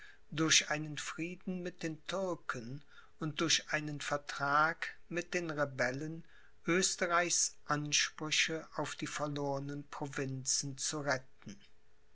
durch einen frieden mit den türken und durch einen vertrag mit den rebellen oesterreichs ansprüche auf die verlornen provinzen zu retten